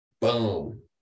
Boom